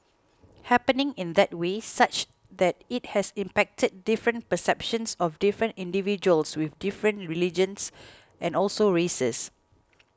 happening in that way such that it has impacted different perceptions of different individuals with different religions and also races